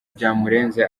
byamurenze